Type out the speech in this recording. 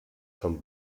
von